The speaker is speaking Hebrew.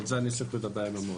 אבל על זה אני צריך לדבר עם המועצה.